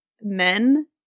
men